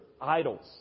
idols